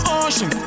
ocean